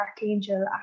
archangel